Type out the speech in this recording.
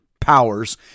powers